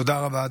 תודה רבה.